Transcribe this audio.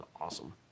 awesome